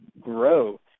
grow